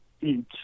eat